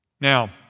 Now